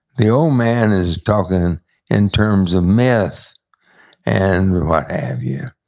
the old man is talking in terms of myth and what have you.